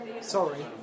Sorry